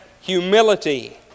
humility